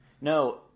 No